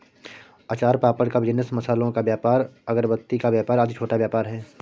अचार पापड़ का बिजनेस, मसालों का व्यापार, अगरबत्ती का व्यापार आदि छोटा व्यापार है